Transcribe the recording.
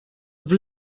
have